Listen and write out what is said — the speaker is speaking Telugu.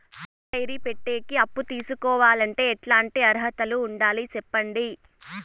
పాల డైరీ పెట్టేకి అప్పు తీసుకోవాలంటే ఎట్లాంటి అర్హతలు ఉండాలి సెప్పండి?